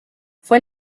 fue